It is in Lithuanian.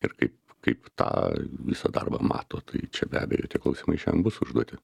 ir kaip kaip tą visą darbą mato tai čia be abejo tie klausimai šiandien bus užduoti